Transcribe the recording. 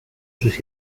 sus